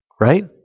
Right